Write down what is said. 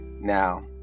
Now